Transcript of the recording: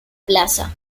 plaza